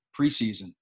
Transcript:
preseason